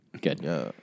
Good